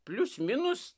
plius minus